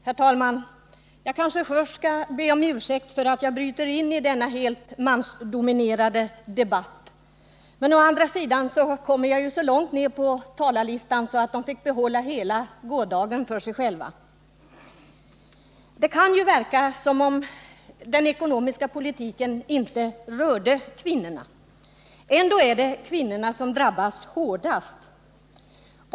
Herr talman! Jag kanske först skall be om ursäkt för att jag bryter in i denna helt mansdominerade debatt. Å andra sidan kommer jag ju så långt ner på talarlistan att männen fick behålla hela gårdagen för sig själva. Det kan verka som om den ekonomiska politiken inte rör kvinnorna. Ändå är det kvinnorna som drabbas hårdast.